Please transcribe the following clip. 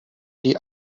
die